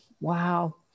Wow